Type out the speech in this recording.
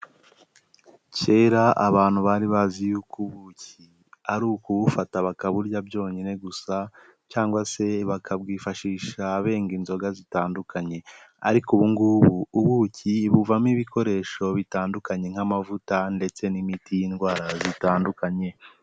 Kera abantu bari bazi yuko ubuki ari ukubufata bakaburya byonyine gusa cyangwa se bakabwifashisha benga inzoga zitandukanye ariko ubu ngubu ubuki buvamo ibikoresho bitandukanye nk'amavuta ndetse n'imiti y'indwara zitandukanye.